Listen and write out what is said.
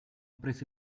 prese